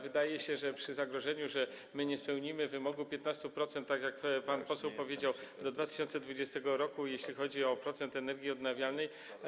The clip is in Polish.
Wydaje się, że przy zagrożeniu, że nie spełnimy wymogu 15%, tak jak pan poseł powiedział, do 2020 r., jeśli chodzi o procent energii odnawialnej.